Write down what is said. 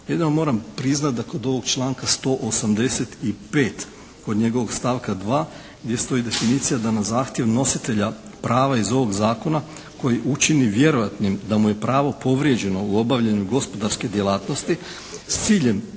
Jedino moram priznati da kod ovog članka 185., kod njegovog stavka 2. gdje stoji definicija da na zahtjev nositelja prava iz ovog zakona koji učini vjerojatnim da mu je pravo povrijeđeno u obavljanju gospodarske djelatnosti s ciljem